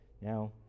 Now